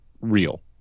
real